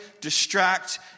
distract